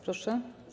Proszę.